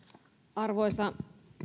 arvoisa